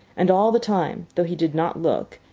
and all the time, though he did not look,